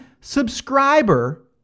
subscriber